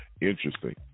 Interesting